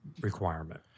requirement